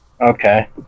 Okay